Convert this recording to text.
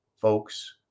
folks